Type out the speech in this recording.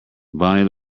bonnie